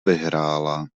vyhrála